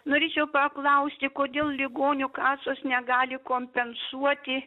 norėčiau paklausti kodėl ligonių kasos negali kompensuoti